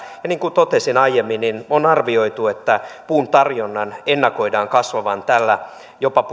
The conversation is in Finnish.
ja niin kuin totesin aiemmin on arvioitu että puun tarjonnan ennakoidaan kasvavan tällä jopa